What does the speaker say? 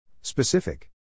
Specific